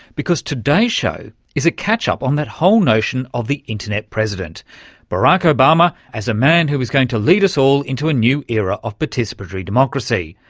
because today's show is a catch-up on that whole notion of the internet president barack obama as a man who was going to lead us all into the new era of participatory democracy,